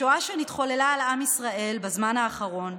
השואה שנתחוללה על עם ישראל בזמן האחרון,